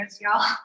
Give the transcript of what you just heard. y'all